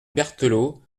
berthelot